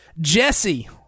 jesse